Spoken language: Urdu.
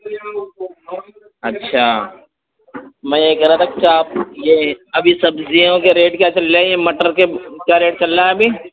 اچھا میں یہ کہہ رہا تھا کیا آپ یہ ابھی سبزیوں کے ریٹ کیا چل رہے ہیں یہ مٹر کے کیا ریٹ چل رہا ہے ابھی